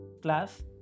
class